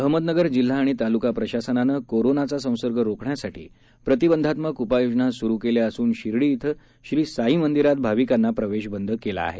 अहमदनगर जिल्हा आणि तालुका प्रशासनानं कोरोनाचा संसर्ग रोखण्यासाठी प्रतिबंधात्मक उपाययोजना सूरु केल्या असून शिर्डी इथं श्री साई मंदीरात भाविकांना प्रवेश बंद केला आहे